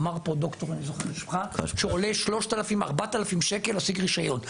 נאמר פה שעולה 3,000, 4,000 שקלים להשיג רשיון.